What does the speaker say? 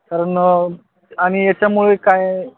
कारण आणि याच्यामुळे काय